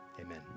amen